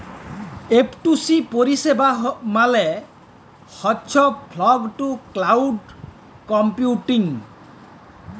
F two C পরিষেবা মালে হছ ফগ টু ক্লাউড কম্পিউটিং